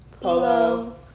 Polo